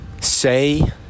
say